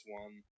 one